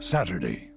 Saturday